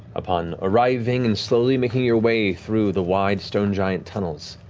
upon arriving and slowly making your way through the wide stone giant tunnels,